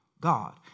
God